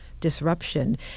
disruption